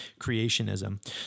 creationism